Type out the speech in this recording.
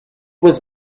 was